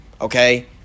okay